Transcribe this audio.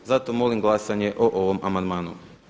Zato molim glasanje o ovom amandmanu.